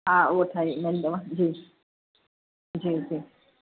हा उहो ठही वेंदव जी जी जी